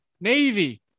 Navy